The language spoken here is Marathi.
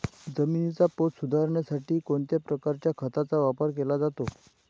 जमिनीचा पोत सुधारण्यासाठी कोणत्या प्रकारच्या खताचा वापर केला जातो?